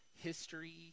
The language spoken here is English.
history